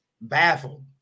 baffled